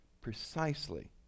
Precisely